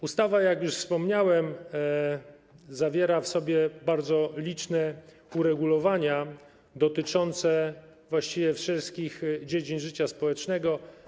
Ustawa, jak już wspomniałem, zawiera bardzo liczne uregulowania dotyczące właściwie wszystkich dziedzin życia społecznego.